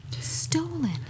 stolen